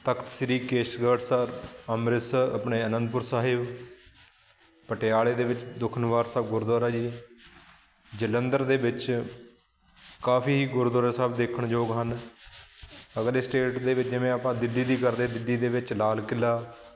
ਤਖ਼ਤ ਸ਼੍ਰੀ ਕੇਸਗੜ੍ਹ ਸਾਹਿਬ ਅੰਮ੍ਰਿਤਸਰ ਆਪਣੇ ਅਨੰਦਪੁਰ ਸਾਹਿਬ ਪਟਿਆਲੇ ਦੇ ਵਿੱਚ ਦੂਖਨਿਵਾਰਨ ਸਾਹਿਬ ਗੁਰਦੁਆਰਾ ਜੀ ਜਲੰਧਰ ਦੇ ਵਿੱਚ ਕਾਫੀ ਗੁਰਦੁਆਰਾ ਸਾਹਿਬ ਦੇਖਣ ਯੋਗ ਹਨ ਅਗਲੇ ਸਟੇਟ ਦੇ ਵਿੱਚ ਜਿਵੇਂ ਆਪਾਂ ਦਿੱਲੀ ਦੀ ਕਰਦੇ ਦਿੱਲੀ ਦੇ ਵਿੱਚ ਲਾਲ ਕਿਲ੍ਹਾ